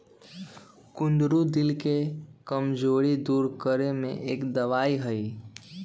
कुंदरू दिल के कमजोरी दूर करे में एक दवाई हई